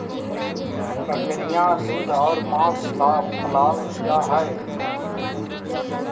बकरियाँ दूध और माँस ला पलाल जा हई